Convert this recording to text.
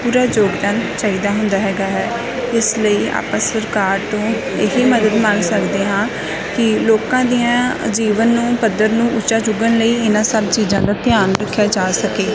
ਪੂਰਾ ਯੋਗਦਾਨ ਚਾਹੀਦਾ ਹੁੰਦਾ ਹੈਗਾ ਹੈ ਇਸ ਲਈ ਆਪਾਂ ਸਰਕਾਰ ਤੋਂ ਇਹੀ ਮਦਦ ਮੰਗ ਸਕਦੇ ਹਾਂ ਕਿ ਲੋਕਾਂ ਦੀਆਂ ਜੀਵਨ ਨੂੰ ਪੱਧਰ ਨੂੰ ਉੱਚਾ ਚੁੱਕਣ ਲਈ ਇਹਨਾਂ ਸਭ ਚੀਜ਼ਾਂ ਦਾ ਧਿਆਨ ਰੱਖਿਆ ਜਾ ਸਕੇ